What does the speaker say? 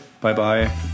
Bye-bye